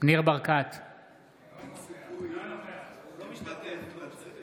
אינו נוכח אוריאל בוסו, אינו נוכח דבי